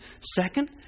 Second